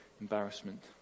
embarrassment